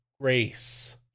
grace